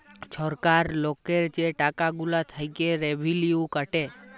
ছরকার লকের যে টাকা গুলা থ্যাইকে রেভিলিউ কাটে